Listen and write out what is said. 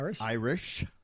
Irish